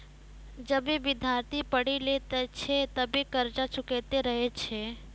जबे विद्यार्थी पढ़ी लै छै तबे कर्जा चुकैतें रहै छै